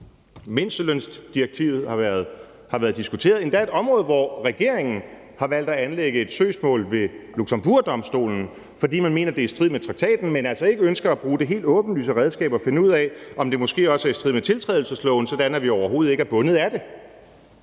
Mindstelønsdirektivet har været diskuteret – endda et område, hvor regeringen har valgt at anlægge et søgsmål ved Luxembourgdomstolen, fordi man mener, at det er i strid med traktaten, men altså ikke ønsker at bruge det helt åbenlyse redskab og finde ud af, om det måske også er i strid med tiltrædelsesloven, sådan at vi overhovedet ikke er bundet af det.